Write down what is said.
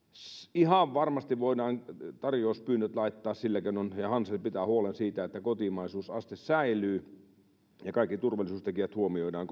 ihan varmasti voidaan tarjouspyynnöt laittaa sillä keinoin hansel pitää huolen siitä että kotimaisuusaste säilyy ja kaikki turvallisuustekijät huomioidaan